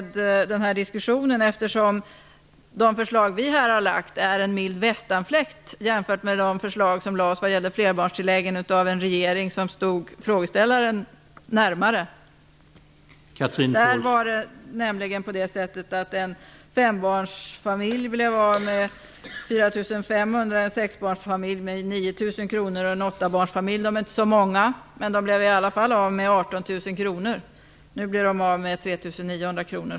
De förslag som vi har lagt fram är som en mild västanfläkt jämfört med de förslag om flerbarnstilläggen som lades fram av en regering som stod frågeställaren närmare. Dessa förslag innebar att en fembarnsfamilj blev av med 4 500 kr, en sexbarnsfamilj med 9 000 kr och en åttabarnsfamilj blev av med 18 000 kr. Nu blir dessa familjer av med 3 900 kr.